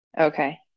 Okay